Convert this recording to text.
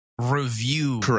review